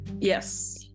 Yes